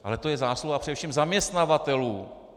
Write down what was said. Ale to je zásluha především zaměstnavatelů.